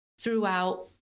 throughout